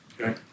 Okay